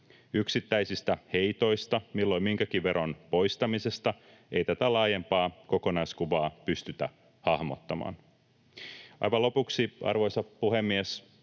Yksittäisistä heitoista milloin minkäkin veron poistamisesta ei tätä laajempaa kokonaiskuvaa pystytä hahmottamaan. Aivan lopuksi, arvoisa puhemies,